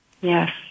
Yes